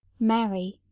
marry,